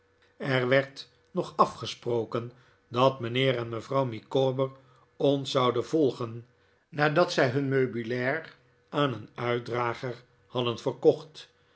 er werd nog afgesproken dat mijnheer en mevrouw micawber ons zouden volgen nadat zij hun meubilair aan een uitdrager hadden verkocht